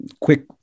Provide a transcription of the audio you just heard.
quick